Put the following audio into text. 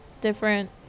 Different